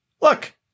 Look